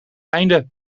einde